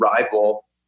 rival